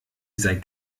sei